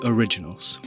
Originals